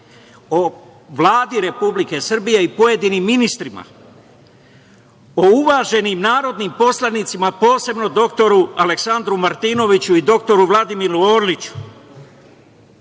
Vladi Republike Srbije i pojedinim ministrima, o uvaženim narodnim poslanicima, posebno dr Aleksandru Martinoviću i dr Vladimiru Orliću,